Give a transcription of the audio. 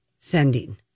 sending